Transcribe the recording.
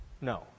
No